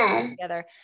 together